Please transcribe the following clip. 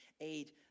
aid